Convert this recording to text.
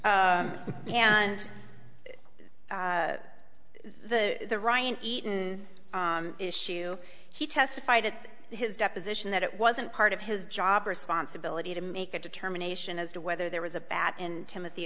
and the the ryan eaton issue he testified at his deposition that it wasn't part of his job responsibility to make a determination as to whether there was a bat and timothy